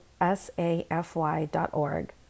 safy.org